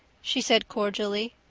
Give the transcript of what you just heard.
she said cordially.